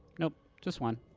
nope, just one.